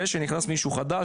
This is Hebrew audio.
זה שנכנס מישהו חדש,